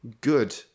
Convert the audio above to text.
Good